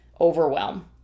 overwhelm